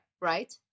right